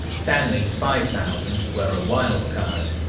stanley's five thousand were a wildcard.